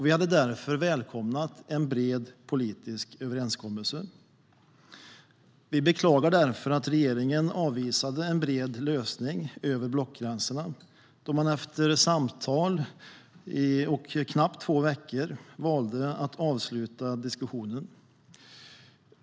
Vi hade välkomnat en bred politisk överenskommelse. Vi beklagar därför att regeringen avvisade en bred lösning över blockgränserna då man efter samtal och knappt två veckor valde att avsluta diskussionen.